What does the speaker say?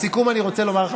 לסיכום אני רוצה לומר,